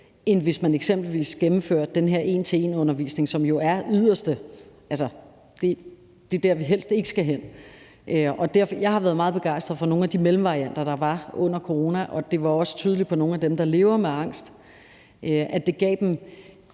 end hvis man eksempelvis gennemførte den her en til en-undervisning, som jo er der, vi helst ikke skal hen. Jeg har været meget begejstret for nogle af de mellemvarianter, der blev brugt under corona, og det var også tydeligt på nogle af dem, der lever med angst, at det gav dem